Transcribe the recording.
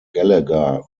gallagher